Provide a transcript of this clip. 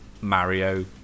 Mario